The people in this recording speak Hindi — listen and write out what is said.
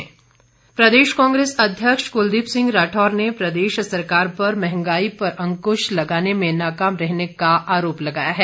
राठौर प्रदेश कांग्रेस अध्यक्ष कुलदीप सिंह राठौर ने प्रदेश सरकार पर महंगाई पर अंकृश लगाने में नाकाम रहने का आरोप लगाया है